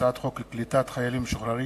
הצעת חוק קליטת חיילים משוחררים